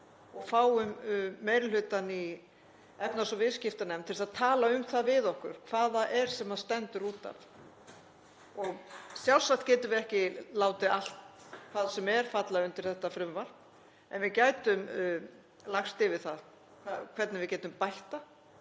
og fáum meiri hlutann í efnahags- og viðskiptanefnd til að tala um það við okkur hvað það er sem stendur út af. Sjálfsagt getum við ekki látið hvað sem er falla undir þetta frumvarp en við gætum lagst yfir það hvernig við getum bætt